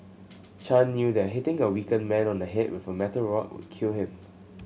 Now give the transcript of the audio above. Chan knew that hitting a weakened man on the head with a metal rod would kill him